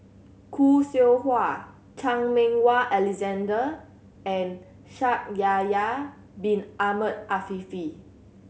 Khoo Seow Hwa Chan Meng Wah Alexander and Shaikh Yahya Bin Ahmed Afifi